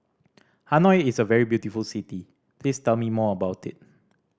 Hanoi is a very beautiful city please tell me more about it